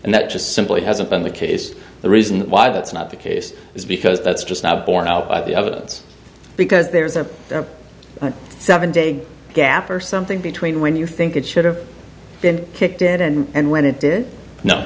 and that just simply hasn't been the case the reason why that's not the case is because that's just not borne out by the evidence because there's a seven day gap or something between when you think it should have been kicked in and when it did no